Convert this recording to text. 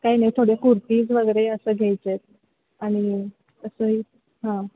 काय नाही थोडे कुर्तीज वगैरे असं घ्यायच्या आहेत आणि असंही हां